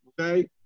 Okay